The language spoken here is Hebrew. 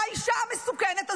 האישה המסוכנת הזו,